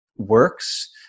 works